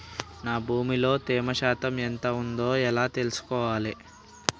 నా భూమి లో తేమ శాతం ఎంత ఉంది ఎలా తెలుసుకోవాలే?